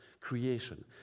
creation